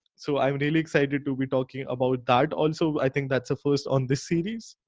so i'm really excited to be talking about that. also, i think that's the first on this series.